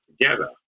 together